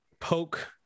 poke